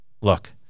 look